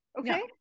okay